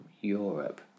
Europe